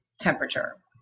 temperature